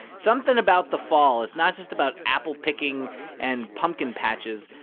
something about the fall it's not just about apple-picking and pumpkin patches.